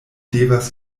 devas